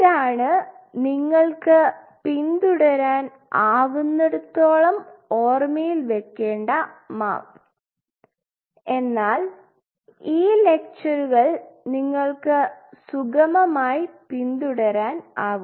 ഇതാണ് നിങ്ങൾക്ക് പിന്തുടരാൻ ആവുന്നിടത്തോളം ഓർമ്മയിൽ വെക്കേണ്ട മാപ്പ് എന്നാൽ ഈ ലെക്ചർക്കൾ നിങ്ങൾക്ക് സുഗമമായി പിന്തുടരാൻ ആവും